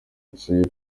yasabye